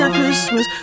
Christmas